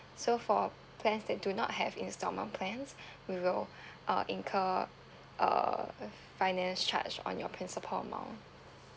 so for plans that do not have instalment plans we will uh incur uh finance charge on your principal amount